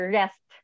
rest